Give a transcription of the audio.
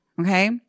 Okay